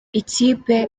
ikipe